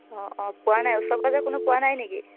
অঁ অঁ পোৱা নাই ওচৰে পাজৰে কোনেও পোৱা নাই নেকি